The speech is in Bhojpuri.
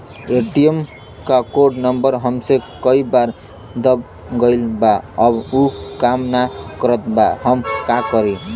ए.टी.एम क कोड नम्बर हमसे कई बार दब गईल बा अब उ काम ना करत बा हम का करी?